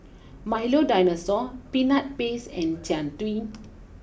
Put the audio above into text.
Milo dinosaur Peanut Paste and Jian Dui